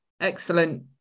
excellent